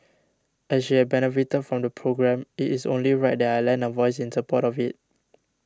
as she had benefited from the programme it is only right that I lend a voice in support of it